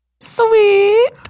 Sweet